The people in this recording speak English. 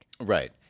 Right